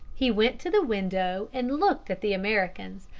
he went to the window and looked at the americans,